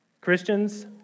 Christians